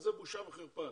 אז זה בושה וחרפה.